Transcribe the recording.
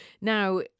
Now